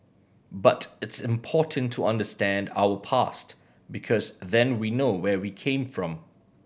but it's important to understand our past because then we know where we came from